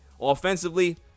Offensively